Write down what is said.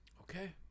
Okay